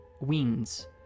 wings